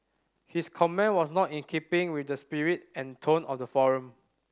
his comment was not in keeping with the spirit and tone of the forum